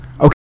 Okay